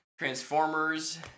Transformers